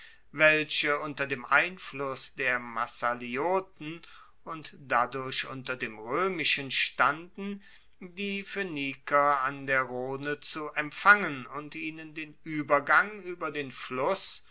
welche unter dem einfluss der massalioten und dadurch unter dem roemischen standen die phoeniker an der rhone zu empfangen und ihnen den uebergang ueber den fluss